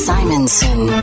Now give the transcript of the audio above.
Simonson